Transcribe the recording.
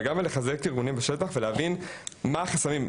אבל גם בלחזק את הארגונים בשטח ולהבין מה החוסרים.